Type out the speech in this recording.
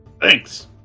Thanks